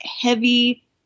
heavy